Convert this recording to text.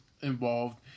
involved